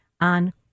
on